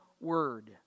word